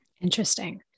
Interesting